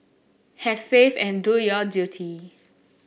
have faith and do your duty